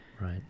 right